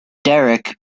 derek